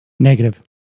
negative